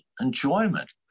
enjoyment